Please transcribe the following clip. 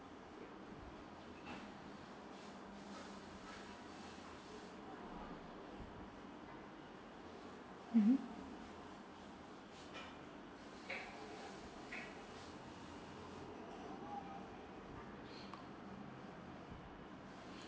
mmhmm